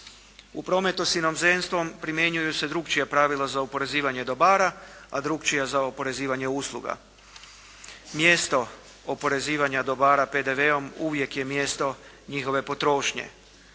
U prometu s inozemstvom primjenjuju se drukčija pravila za oporezivanje dobara, a drukčija za oporezivanje usluga. Mjesto oporezivanja dobara PDV-om uvijek je mjesto njihove potrošnje.